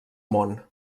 món